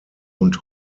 und